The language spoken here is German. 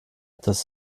das